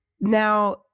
Now